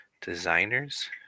designers